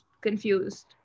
confused